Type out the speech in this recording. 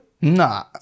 nah